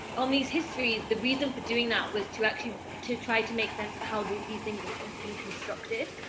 on these histories, the reason for doing that was to actually to, try to make sense of how these these things have kind of been constructed.